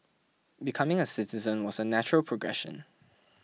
becoming a citizen was a natural progression